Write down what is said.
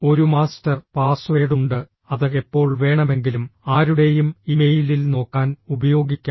ഒരു master password ഉണ്ട് അത് എപ്പോൾ വേണമെങ്കിലും ആരുടെയും ഇമെയിലിൽ നോക്കാൻ ഉപയോഗിക്കാം